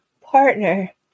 partner